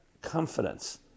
Confidence